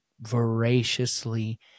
voraciously